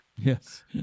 Yes